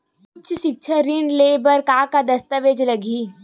उच्च सिक्छा ऋण ले बर का का दस्तावेज लगही?